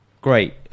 great